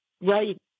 right